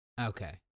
Okay